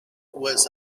was